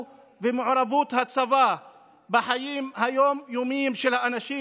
ומעורבות הצבא בחיים היום-יומיים של האנשים.